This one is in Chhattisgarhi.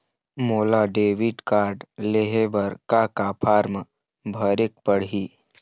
मोला डेबिट कारड लेहे बर का का फार्म भरेक पड़ही?